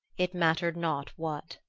it mattered not what!